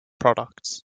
products